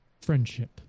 Friendship